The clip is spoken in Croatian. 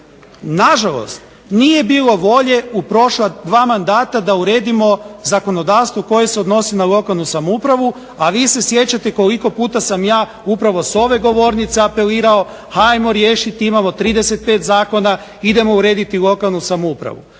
Na žalost nije bilo volje u prošla dva mandata da uredimo zakonodavstvo koje se odnosi na lokalnu samoupravu, a vi se sjećate koliko puta sam ja upravo s ove govornice apeliramo ajmo riješiti, imamo 35 zakona, idemo urediti lokalnu samoupravu.